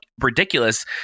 ridiculous